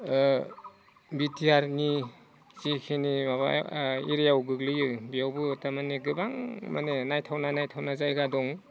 बिटिआरनि जिखिनि माबायाव एरियायाव गोग्लैयो बेयावबो थारमाने गोबां माने नायथावना नायथावना जायगा दं